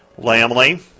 Lamley